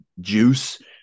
juice